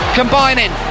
combining